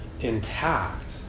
intact